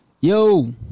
Yo